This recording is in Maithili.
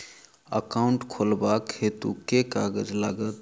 एकाउन्ट खोलाबक हेतु केँ कागज लागत?